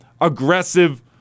aggressive